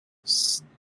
streams